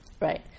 Right